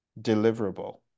deliverable